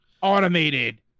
automated